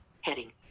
heading